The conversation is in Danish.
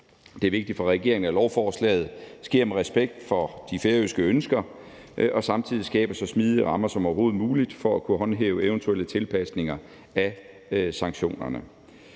Det er vigtigt for regeringen, at lovforslaget sker med respekt for de færøske ønsker og samtidig skaber så smidige rammer som overhovedet muligt for at kunne håndhæve eventuelle tilpasninger af sanktionerne.